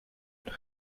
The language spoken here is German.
aber